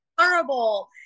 horrible